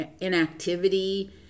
inactivity